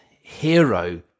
hero